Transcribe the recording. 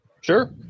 Sure